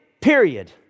period